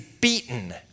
beaten